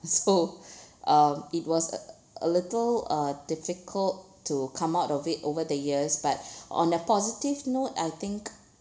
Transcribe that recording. so uh it was a a little uh difficult to come out of it over the years but on a positive note I think